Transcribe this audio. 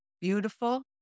beautiful